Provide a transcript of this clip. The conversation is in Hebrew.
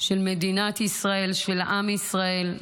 של מדינת ישראל, של עם ישראל.